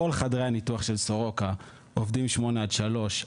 כל חדרי הניתוח של סורוקה עובדים משעה 08:00 עד 15:00,